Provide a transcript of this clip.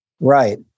right